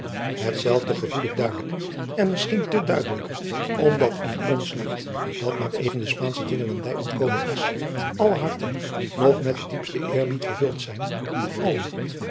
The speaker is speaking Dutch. hetzelfde gevoel ik duidelijk en misschien te duidelijker omdat in ons land dat maar even de spaansche dwinglandij ontkomen is alle harten nog met den diepsten eerbied vervuld zijn voor allen